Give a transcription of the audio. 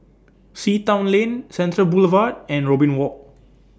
Sea Town Lane Central Boulevard and Robin Walk